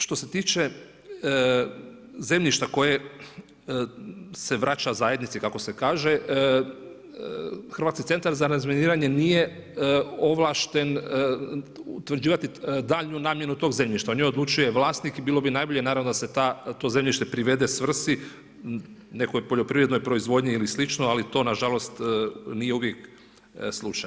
Što se tiče zemljišta koje se vraća zajednici kako se kaže Hrvatski centar za razminiranje nije ovlašten utvrđivati daljnju namjenu tog zemljišta o njoj odlučuje vlasnik i bilo bi najbolje da se to zemljište privede svrsi nekoj poljoprivrednoj proizvodnji ili slično, ali to nažalost nije uvijek slučaj.